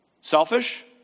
selfish